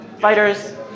fighters